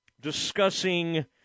discussing